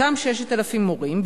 אותם 6,000 מורים,